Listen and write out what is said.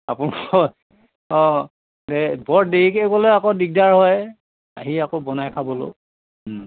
আপোনালোকৰ অঁ এই বৰ দেৰিকৈ গ'লেও আকৌ দিগদাৰ হয় আহি আকৌ বনাই খাবলৈও